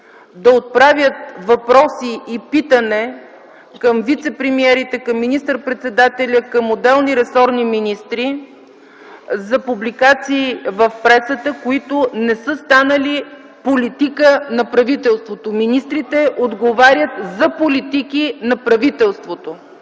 да отправят въпроси и питания към вицепремиерите, към министър-председателя, към отделни ресорни министри за публикации в пресата, които не са станали политика на правителството. Министрите отговарят за политики на правителството.